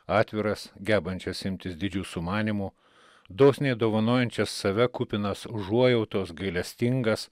atviras gebančias imtis didžių sumanymų dosniai dovanojančias save kupinas užuojautos gailestingas